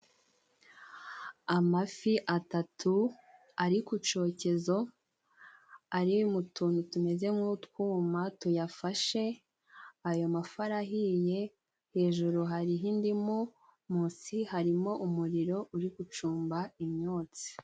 Amafi atatu ari ku cyezo, ari mu tuntu tumeze nk'utwuma tuyafashe, ayo mafi arahiye hejuru hari indimu, munsi harimo umuriro uri gucumba imyotsi.